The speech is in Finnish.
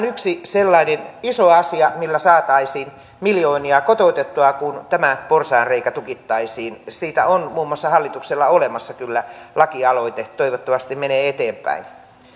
yksi sellainen iso asia millä saataisiin miljoonia kotoutettua kun tämä porsaanreikä tukittaisiin siitä on muun muassa hallituksella olemassa kyllä lakialoite toivottavasti menee eteenpäin